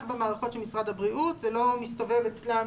במערכות של משרד הבריאות וזה לא מסתובב אצלם,